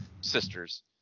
sisters